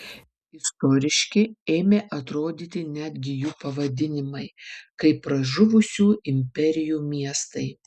istoriški ėmė atrodyti netgi jų pavadinimai kaip pražuvusių imperijų miestai